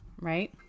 right